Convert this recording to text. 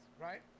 Right